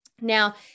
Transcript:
Now